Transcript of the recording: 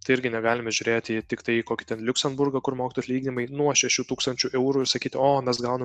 tai irgi negalime žiūrėti tiktai į kokį ten liuksemburgą kur mokytojų atlyginimai nuo šešių tūkstančių eurų ir sakyti o mes gaunam